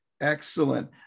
Excellent